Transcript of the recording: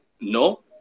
no